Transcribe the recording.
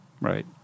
Right